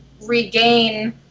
regain